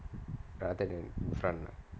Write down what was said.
rather then different